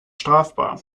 strafbar